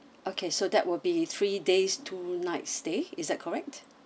okay so that will be three days two night stay is that correct